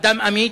אדם אמיץ,